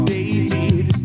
David